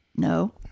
no